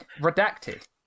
redacted